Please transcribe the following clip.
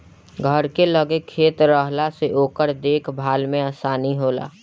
घर के लगे खेत रहला से ओकर देख भाल में आसानी होला